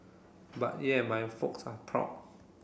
but yeah my folks are proud